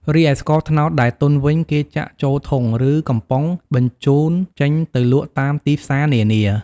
រីឯស្ករត្នោតដែលទន់វិញ គេចាក់ចូលធុង ឬ កំប៉ុងបញ្ចូនចេញទៅលក់តាមទីផ្សារនានា។